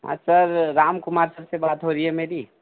हाँ sir Ram Kumar sir से बात हो रही है मेरी